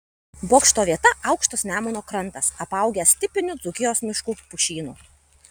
bokšto vieta aukštas nemuno krantas apaugęs tipiniu dzūkijos mišku pušynu